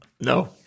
No